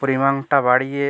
পরিমাণটা বাড়িয়ে